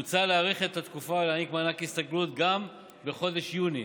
מוצע להאריך את התקופה ולהעניק מענק הסתגלות גם בחודש יוני,